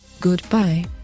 Goodbye